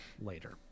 later